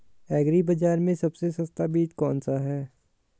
Agree बाज़ार में सबसे सस्ता बीज कौनसा है?